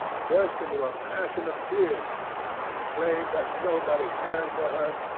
burst into a passion of tears, and exclaimed that nobody cared for her,